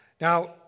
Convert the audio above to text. Now